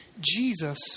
Jesus